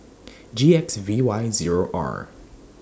G X V Y Zero R